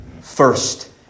first